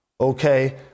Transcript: okay